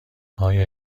آیا